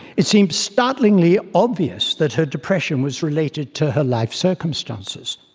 it seemed startlingly obvious that her depression was related to her life circumstances.